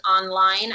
online